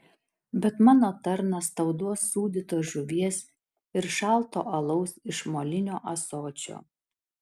bet mano tarnas tau duos sūdytos žuvies ir šalto alaus iš molinio ąsočio